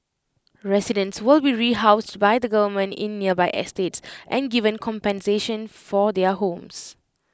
residents will be rehoused by the government in nearby estates and given compensation for their homes